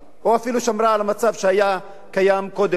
או אפילו שמרה על המצב שהיה קיים קודם לכן.